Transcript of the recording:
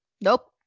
Nope